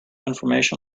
information